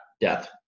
death